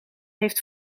heeft